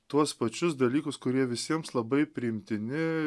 tuos pačius dalykus kurie visiems labai priimtini